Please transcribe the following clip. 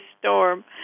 storm